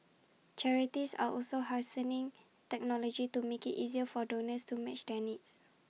charities are also harnessing technology to make IT easier for donors to match their needs